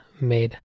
made